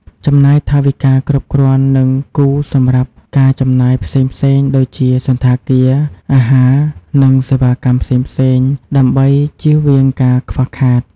រក្សាសុវត្ថិភាពផ្ទាល់ខ្លួន មិនចូលទៅកន្លែងមានហានិភ័យ ឬធ្វើសកម្មភាពដែលអាចប៉ះពាល់សុខភាព និងសុវត្ថិភាព។